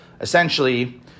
essentially